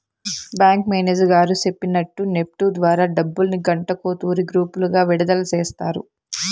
bank manager గారు సెప్పినట్టు NEFT ద్వారా డబ్బుల్ని గంటకో తూరి గ్రూపులుగా విడదల సేస్తారు